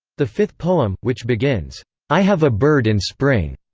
the fifth poem, which begins i have a bird in spring,